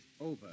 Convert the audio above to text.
over